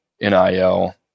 NIL